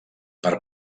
per